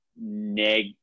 neg